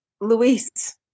Luis